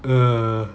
err